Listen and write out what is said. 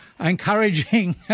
encouraging